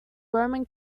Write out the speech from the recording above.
roman